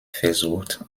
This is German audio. versucht